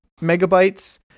megabytes